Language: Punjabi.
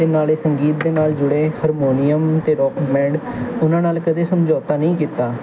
ਅਤੇ ਨਾਲੇ ਸੰਗੀਤ ਦੇ ਨਾਲ ਜੁੜੇ ਹਰਮੋਨੀਅਮ ਅਤੇ ਰੋਕ ਬੈਂਡ ਉਨ੍ਹਾਂ ਨਾਲ ਕਦੇ ਸਮਝੌਤਾ ਨਹੀਂ ਕੀਤਾ